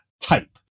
type